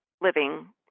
living